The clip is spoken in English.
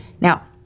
Now